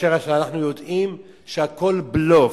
כשאנחנו יודעים שהכול בלוף.